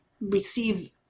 receive